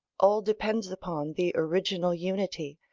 all depends upon the original unity,